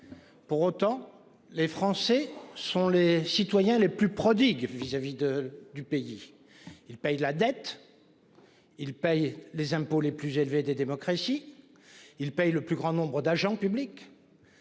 Pour autant, les Français sont les citoyens les plus prodigues vis à vis de du pays. Il paye la dette. Il paye les impôts les plus élevés des démocraties. Ils payent le plus grand nombre d'agents publics.